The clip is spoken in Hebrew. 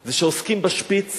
זה שעוסקים בשפיץ